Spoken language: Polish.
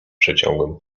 przeciągłym